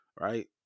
right